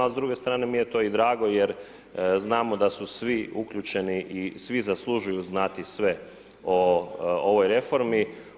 A s druge strane mi je to i drago jer znamo da su svi uključeni i svi zaslužuju znati sve o ovoj reformi.